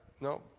No